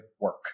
work